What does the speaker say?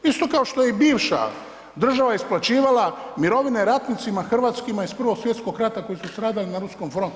Isto kao što je i bivša država isplaćivala mirovine ratnicima hrvatskima iz Prvog svjetskog rata koji su stradali na ruskom frontu.